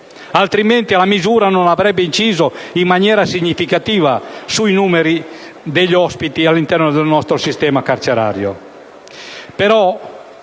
altrimenti la misura non avrebbe inciso in maniera significativa sul numero degli ospiti del nostro sistema carcerario.